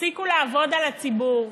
תפסיקו לעבוד על הציבור.